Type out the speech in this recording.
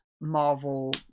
Marvel